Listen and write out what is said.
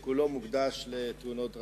שכולו מוקדש לתאונות דרכים.